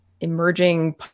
emerging